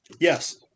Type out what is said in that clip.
Yes